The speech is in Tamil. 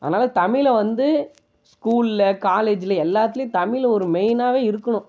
அதனால தமிழை வந்து ஸ்கூல்ல காலேஜ்ல எல்லாத்துலேயும் தமிழ் ஒரு மெயின்னாகவே இருக்கணும்